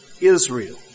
Israel